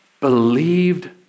believed